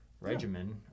regimen